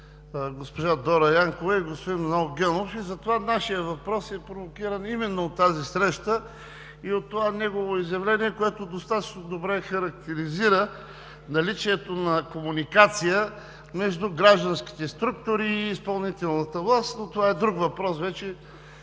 госпожа Дора Янкова и господин Манол Генов. Нашият въпрос е провокиран именно от тази среща и от това негово изявление, което достатъчно добре характеризира наличието на комуникация между гражданските структури и изпълнителната власт, но това вече е друг въпрос,